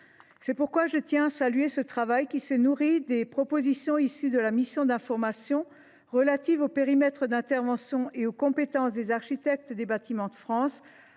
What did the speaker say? cet équilibre. Je tiens à saluer ce travail, nourri des propositions issues de la mission d’information relative au périmètre d’intervention et aux compétences des architectes des Bâtiments de France,